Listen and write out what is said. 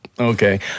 Okay